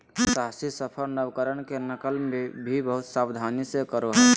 साहसी सफल नवकरण के नकल भी बहुत सावधानी से करो हइ